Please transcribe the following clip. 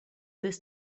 this